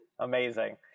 amazing